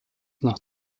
nach